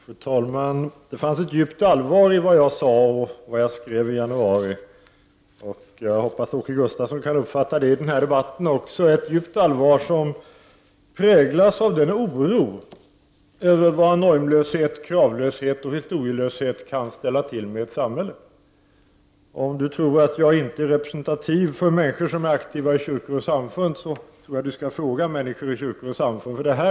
Fru talman! Det fanns ett djupt allvar i det jag sade och i det som jag skrev i januari. Jag hoppas att Åke Gustavsson kan uppfatta det i den här debatten också. Det är ett djupt allvar som präglas av oro över vad normlöshet, kravlöshet och historielöshet kan ställa till med i ett samhälle. Om Åke Gustavsson tror att jag inte är representativ för människor som är aktiva i kyrkor och samfund, så tror jag att han skall fråga människor i kyrkor och samfund om den saken.